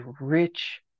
rich